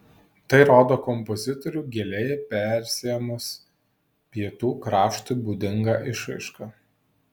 tai rodo kompozitorių giliai persiėmus pietų kraštui būdinga išraiška